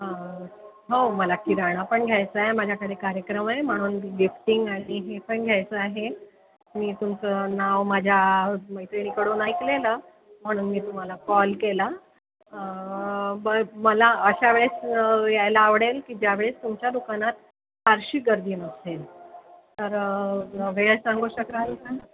हो मला किराणा पण घ्यायचंय माझ्या घरी कार्यक्रम आहे म्हणून गिफ्टिंग आहे पण घ्यायचं आहे मी तुमचं नाव माझ्या मैत्रिणीकडून ऐकलेलं म्हणून मी तुम्हाला कॉल केला ब मला अशा वेळेस यायला आवडेल की ज्या वेळेस तुमच्या दुकानात फारशी गर्दी नसेन तर वेळ सांगू शकाल का